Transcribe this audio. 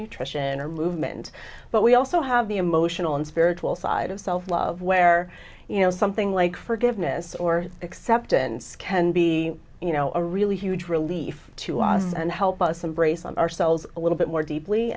nutrition or movement but we also have the emotional and spiritual side of self love where you know something like forgiveness or acceptance can be you know a really huge relief to us and help us embrace ourselves a little bit more deeply